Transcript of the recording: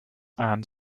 and